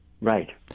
Right